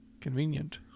Convenient